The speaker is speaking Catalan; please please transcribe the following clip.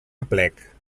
aplec